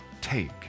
take